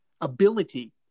ability